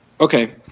Okay